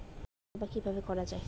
টাকা জমা কিভাবে করা য়ায়?